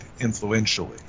influentially